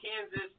Kansas